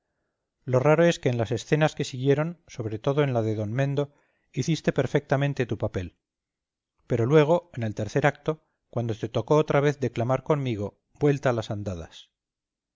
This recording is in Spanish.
lo raro es que en las escenas que siguieron sobre todo en la de d mendo hiciste perfectamente tu papel pero luego en el tercer acto cuando te tocó otra vez declamar conmigo vuelta a las andadas